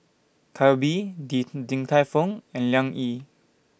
Calbee Di Din Tai Fung and Liang Yi